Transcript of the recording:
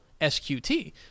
SQT